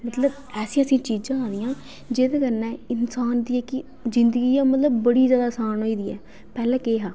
मतलब ऐसी ऐसी चीज़ां आई गेदियां जेह्दे कन्नै इन्सान दी जेह्की जिदंगी ऐ मतलब ओह् बड़ी ज्यादा आसान होई दी ऐ पैहले केह् हा